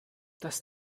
das